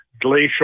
glacial